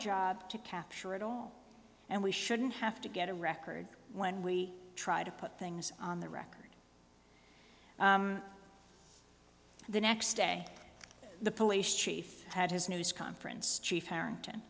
job to capture it all and we shouldn't have to get a record when we try to put things on the record the next day the police chief had his news conference chief har